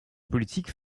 politique